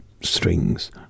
strings